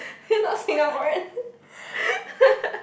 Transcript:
he not Singaporean